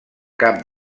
cap